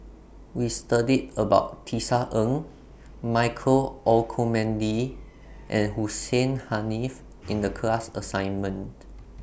We studied about Tisa Ng Michael Olcomendy and Hussein Haniff in The class assignment